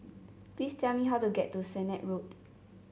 please tell me how to get to Sennett Road